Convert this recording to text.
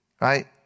right